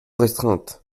restreinte